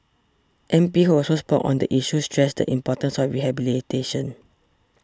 M P who also spoke on the issue stressed the importance of rehabilitation